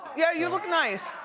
yeah, you look nice.